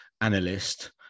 analyst